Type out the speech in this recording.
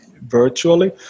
virtually